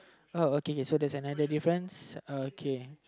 oh okay K so there's another difference okay